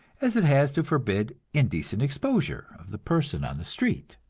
as it has to forbid indecent exposure of the person on the street.